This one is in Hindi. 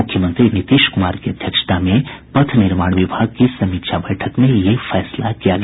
मुख्यमंत्री नीतीश कृमार की अध्यक्षता में पथ निर्माण विभाग की समीक्षा बैठक में यह फैसला किया गया